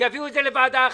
שיביאו את זה לוועדה אחרת.